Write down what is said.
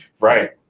Right